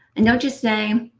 and don't just say,